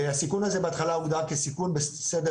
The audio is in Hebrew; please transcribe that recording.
הסיכון הזה בהתחלה הוגדר כסיכון בסדר